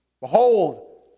Behold